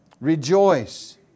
Rejoice